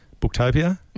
booktopia